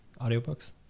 audiobooks